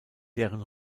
deren